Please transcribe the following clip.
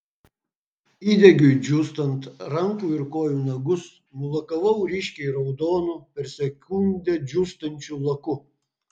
įdegiui džiūstant rankų ir kojų nagus nulakavau ryškiai raudonu per sekundę džiūstančių laku